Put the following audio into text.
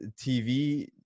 TV